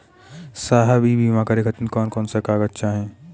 साहब इ बीमा करें खातिर कवन कवन कागज चाही?